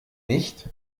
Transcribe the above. nicht